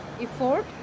effort